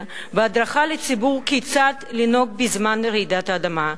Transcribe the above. בהדרכה לציבור כיצד לנהוג בזמן רעידת אדמה.